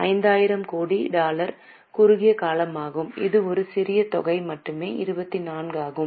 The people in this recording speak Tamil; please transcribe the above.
5000 கோடி டாலர் குறுகிய காலமாகும் இது ஒரு சிறிய தொகை மட்டுமே 24 ஆகும்